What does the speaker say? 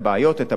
את הבקשות.